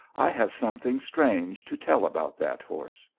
i have something strange to tell about that horse.